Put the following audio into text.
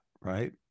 right